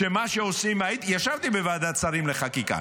ישבתי בוועדת שרים לחקיקה,